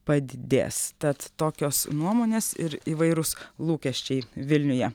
padidės tad tokios nuomonės ir įvairūs lūkesčiai vilniuje